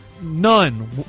none